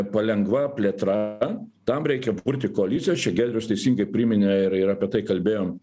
palengva plėtra tam reikia burti koalicijas čia giedrius teisingai priminė ir ir apie tai kalbėjom